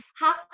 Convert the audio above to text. Half